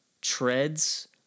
treads